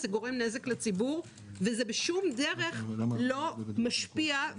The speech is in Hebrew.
זה גורם נזק לציבור וזה בשום אופן לא משפיע,